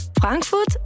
Frankfurt